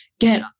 get